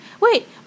Wait